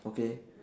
okay